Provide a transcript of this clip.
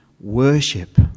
worship